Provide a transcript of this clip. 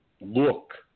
look